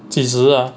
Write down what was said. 几时啊